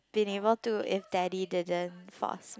been able to if daddy doesn't force